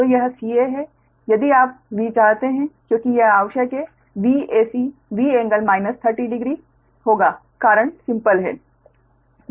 तो यह ca है यदि आप V चाहते हैं क्योंकि यह आवश्यक है Vac V∟ 300 डिग्री होगा कारण सिम्पल है